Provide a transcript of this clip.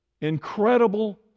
Incredible